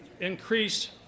increase